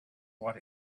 what